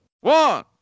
One